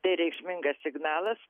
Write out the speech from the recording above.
tai reikšmingas signalas